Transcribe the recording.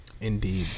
Indeed